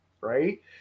right